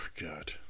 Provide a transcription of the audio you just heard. God